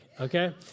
Okay